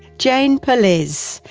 jane perlez,